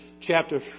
chapter